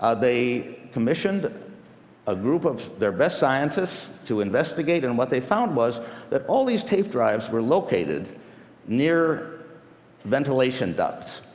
ah they commissioned a group of their best scientists to investigate, and what they found was that all these tape drives were located near ventilation ducts.